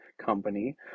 company